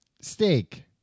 Steak